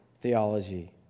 theology